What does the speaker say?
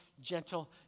gentle